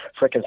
freaking